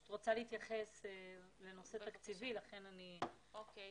אני רוצה להתייחס לנושא תקציבי ולכן אני שואלת.